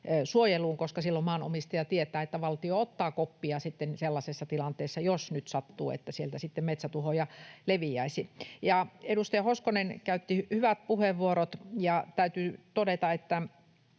koska silloin maanomistaja tietää, että valtio ottaa koppia sellaisessa tilanteessa, jos nyt sattuu, että sieltä sitten metsätuhoja leviäisi. Edustaja Hoskonen käytti hyvät puheenvuorot. Täytyy todeta, että